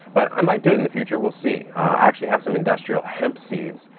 but i might do it in the future. we'll see. i actually have some industrial hemp seeds,